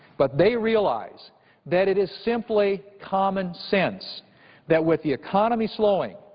but they realize that it is simply common sense that with the economy slowing,